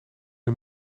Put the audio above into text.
een